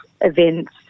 events